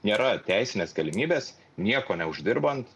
nėra teisinės galimybės nieko neuždirbant